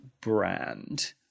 brand